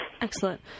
Excellent